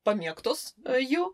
pamėgtos a jų